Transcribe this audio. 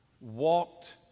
walked